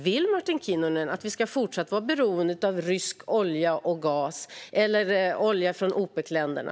Vill Martin Kinnunen att vi ska fortsätta att vara beroende av rysk olja och gas eller av olja från Opecländerna?